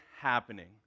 happening